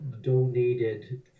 donated